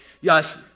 Yes